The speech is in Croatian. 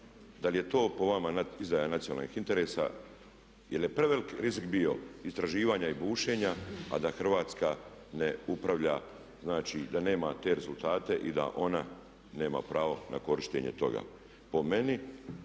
Da li je to po vama izdaja nacionalnih interesa? Jel je prevelik rizik bio istraživanja i bušenja a da Hrvatska ne upravlja, znači da nema te rezultate i da ona nema pravo na korištenje toga. Po meni